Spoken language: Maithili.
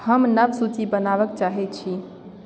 हम नव सूची बनाबैके चाहै छी